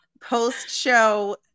post-show